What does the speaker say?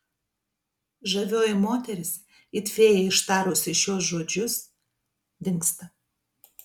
žavioji moteris it fėja ištarusi šiuos žodžius dingsta